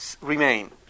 remain